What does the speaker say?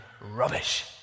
rubbish